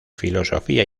filosofía